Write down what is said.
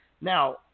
Now